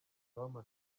bisaba